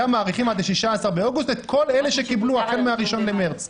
שמאריכים עד ה-16 באוגוסט את כל אלה שקיבלו החל מה-1 במרס.